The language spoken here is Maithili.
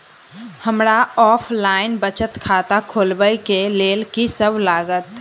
हमरा ऑफलाइन बचत खाता खोलाबै केँ लेल की सब लागत?